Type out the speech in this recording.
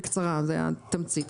בקצרה, זו התמצית.